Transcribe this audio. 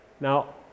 Now